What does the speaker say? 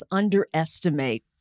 underestimate